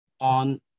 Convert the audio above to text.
on